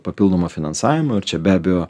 papildomo finansavimo ir čia be abejo